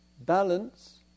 Balance